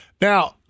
Now